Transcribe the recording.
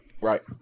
Right